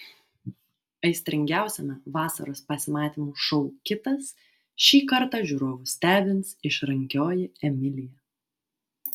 aistringiausiame vasaros pasimatymų šou kitas šį kartą žiūrovus stebins išrankioji emilija